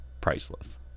priceless